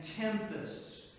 tempests